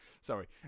Sorry